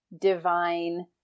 divine